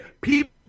people